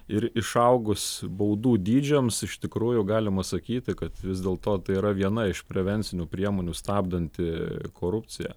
ir išaugus baudų dydžiams iš tikrųjų galima sakyti kad vis dėlto tai yra viena iš prevencinių priemonių stabdanti korupciją